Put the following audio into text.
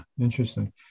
Interesting